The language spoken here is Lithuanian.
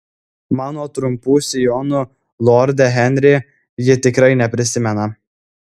mano trumpų sijonų lorde henri ji tikrai neprisimena